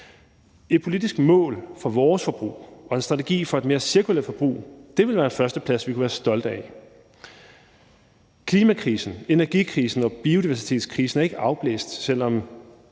Et politisk mål for vores forbrug og en strategi for et mere cirkulært forbrug vil være en førsteplads, vi kunne være stolte af. Klimakrisen, energikrisen og biodiversitetskrisen er ikke afblæst –